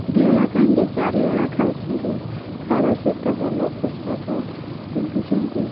ଦୁଇ ଓଳା କାହିଁକି ଚାରି ଓଳା ଖାଉଛନ୍ତି ଖାଇବା ସହିତ ଭଲ ପୋଷାକ ପିନ୍ଧୁଛନ୍ତି